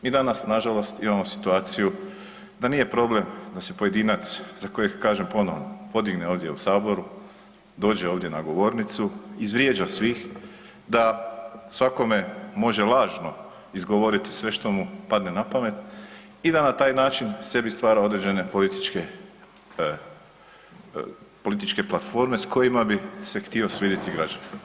Mi danas nažalost imamo situaciju da nije problem da se pojedinac, za kojeg, kažem, ... ovdje u Saboru, dođe ovdje na govornicu, izvrijeđa svih, da svakome može lažno izgovoriti sve što mu padne na pamet i da na taj način sebi stvara određene političke platforme s kojima bi se htio svidjeti građanima.